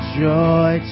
joy